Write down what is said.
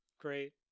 Great